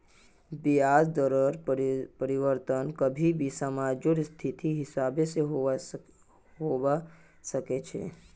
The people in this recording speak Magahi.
ब्याज दरत परिवर्तन कभी भी समाजेर स्थितिर हिसाब से होबा सके छे